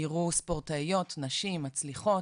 ייראו ספורטאיות, נשים מצליחות.